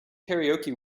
karaoke